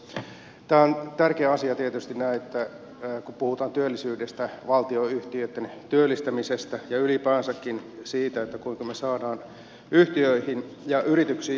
tämä on tärkeä asia tietysti kun puhutaan työllisyydestä valtionyhtiöitten työllistämisestä ja ylipäänsäkin siitä kuinka me saisimme yhtiöihin ja yrityksiin uusia työpaikkoja